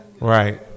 Right